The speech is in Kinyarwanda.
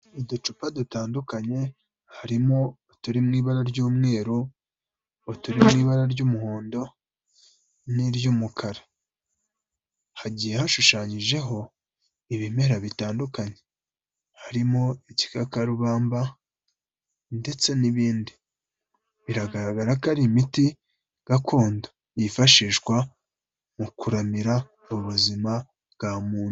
Uducupa dutandukanye, harimo uturi mu ibara ry'umweru, uturi mu ibara ry'umuhondo, n'iry'umukara, hagiye hashushanyijeho ibimera bitandukanye, harimo igikakarubamba, ndetse n'ibindi, biragaragara ko ari imiti gakondo, yifashishwa mu kuramira ubuzima bwa muntu.